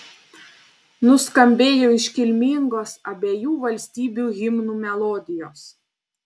nuskambėjo iškilmingos abiejų valstybių himnų melodijos